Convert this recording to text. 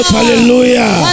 hallelujah